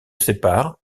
sépare